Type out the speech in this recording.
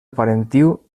parentiu